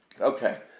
Okay